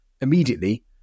immediately